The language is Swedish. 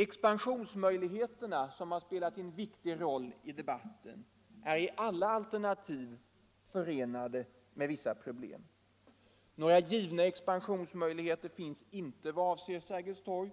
Expansionsmöjligheterna, som har spelat en viktig roll i debatten, är i alla alternativ förenade med vissa problem. Några givna expansionsmöjligheter föreligger inte vad avser Sergels torg,